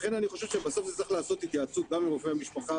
לכן אני חושב שבסוף צריך התייעצות גם עם רופא המשפחה